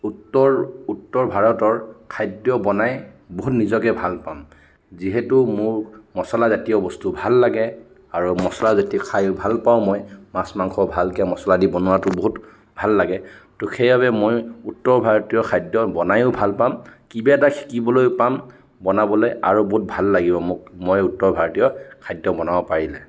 উত্তৰ উত্তৰ ভাৰতৰ খাদ্য বনাই বহুত নিজকে ভাল পাম যিহেতু মোৰ মছলাজাতীয় বস্তু ভাল লাগে আৰু মছলাজাতীয় খায়ো ভাল পাওঁ মই মাছ মাংস ভালকৈ মছলা দি বনোৱাটো বহুত ভাল লাগে তো সেইবাবে মই উত্তৰ ভাৰতীয় খাদ্য বনয়ো ভাল পাম কিবা এটা শিকিবলৈ পাম বনাবলৈ আৰু বহুত ভাল লাগিব মোক মই উত্তৰ ভাৰতীয় খাদ্য বনাব পাৰিলে